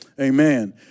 Amen